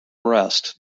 brest